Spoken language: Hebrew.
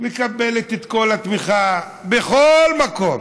מקבלת את כל התמיכה בכל מקום.